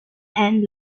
and